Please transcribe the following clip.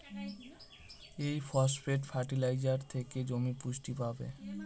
এই phosphate fertiliser থেকে জমি পুষ্টি পাবে